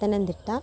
Pathanamthitta